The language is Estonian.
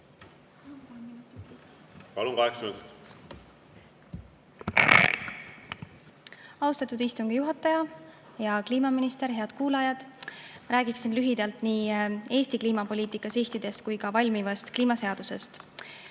Austatud istungi juhataja! Hea kliimaminister! Head kuulajad! Räägin lühidalt nii Eesti kliimapoliitika sihtidest kui ka valmivast kliimaseadusest.